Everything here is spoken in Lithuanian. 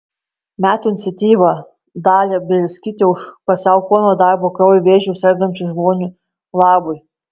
metų iniciatyva dalia bielskytė už pasiaukojamą darbą kraujo vėžiu sergančių žmonių labui